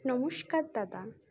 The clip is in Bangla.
নমস্কার দাদা